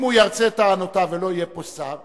אם הוא ירצה את טענותיו ולא יהיה פה שר,